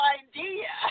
idea